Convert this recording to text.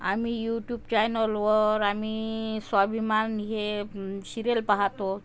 आम्ही युटूब च्यायनलवर आम्ही स्वाभिमान हे शिरियल पाहतो